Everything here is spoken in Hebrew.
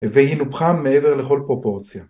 והיא נופחה מעבר לכל פרופורציה